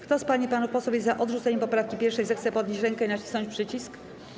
Kto z pań i panów posłów jest za odrzuceniem poprawki 1., zechce podnieść rękę i nacisnąć przycisk.